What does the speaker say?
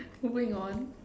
moving on